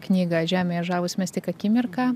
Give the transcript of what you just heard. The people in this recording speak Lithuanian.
knygą žemėje žavūs mes tik akimirką